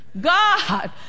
God